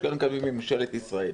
ויש כאלה שמקבלים ממשלת ישראל.